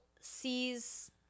sees